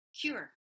cure